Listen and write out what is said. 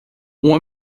uma